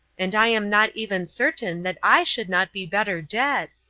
and i am not even certain that i should not be better dead.